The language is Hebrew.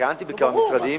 כיהנתי בכמה משרדים.